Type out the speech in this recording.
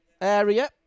area